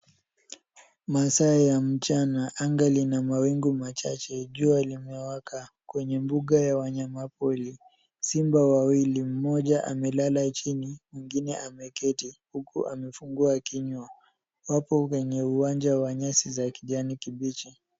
Masaa ya mchana anga lina mawingu machache jua limewaka kwenye mbuga ya wanyama pori. Simba wawili mmoja amelala chini mwengine ameketi huku amefungua kinywa. Wapo kwenye uwanja wa nyasi za kijani kibichi.